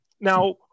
Now